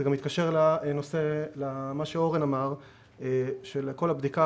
זה גם מתקשר למה שאורן אמר שכל הבדיקה